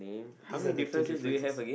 these are the two differences